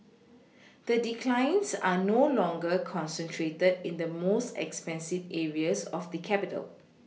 the declines are no longer concentrated in the most expensive areas of the capital